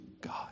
God